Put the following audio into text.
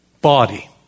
body